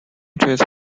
trees